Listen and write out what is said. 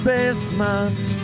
Basement